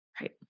Right